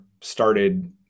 started